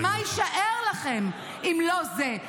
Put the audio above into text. כי מה יישאר לכם אם לא זה?